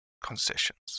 concessions